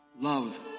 Love